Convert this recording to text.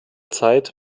zeit